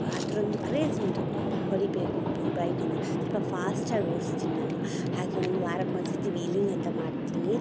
ಅದರೊಂದು craze ಒಂದು ಹೊಡೀಬೇಕು ಬೈಕನ್ನು ಸ್ವಲ್ಪ ಫಾಸ್ಟಾಗಿ ಓಡಿಸ್ತೀನ್ ನಾನು ಹಾಗೆ ಒಂದು ವಾರಕ್ಕೆ ಒಂದ್ಸತಿ ವೀಲಿಂಗ್ ಅಂತ ಮಾಡ್ತೀನಿ